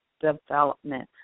development